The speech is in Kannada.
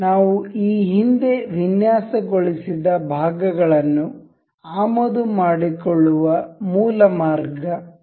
ನಾವು ಈ ಹಿಂದೆ ವಿನ್ಯಾಸಗೊಳಿಸಿದ ಭಾಗಗಳನ್ನು ಆಮದು ಮಾಡಿಕೊಳ್ಳುವ ಮೂಲ ಮಾರ್ಗ ಇದು